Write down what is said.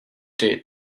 date